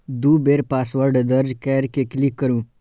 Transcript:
दू बेर पासवर्ड दर्ज कैर के क्लिक करू